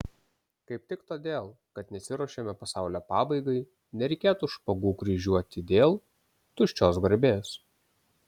kaip tik todėl kad nesiruošiame pasaulio pabaigai nereikėtų špagų kryžiuoti dėl tuščios garbės